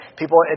people